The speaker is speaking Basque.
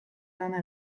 lana